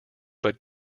but